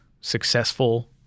successful